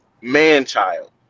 man-child